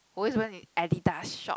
always went in Adidas shop